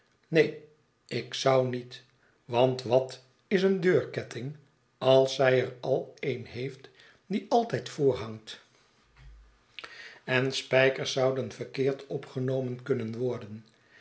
neen ik zou niet want wat is een deurketting als zy er al een heeft die altijd voorhangt kn spijkers jo eeuet het goed zouden verkeerd opgenomen kunnen worden